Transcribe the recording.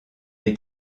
est